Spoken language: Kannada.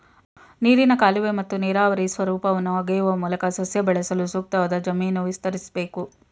ನೀರಿನ ಕಾಲುವೆ ಮತ್ತು ನೀರಾವರಿ ಸ್ವರೂಪವನ್ನು ಅಗೆಯುವ ಮೂಲಕ ಸಸ್ಯ ಬೆಳೆಸಲು ಸೂಕ್ತವಾದ ಜಮೀನು ವಿಸ್ತರಿಸ್ಬೇಕು